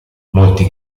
molti